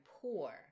poor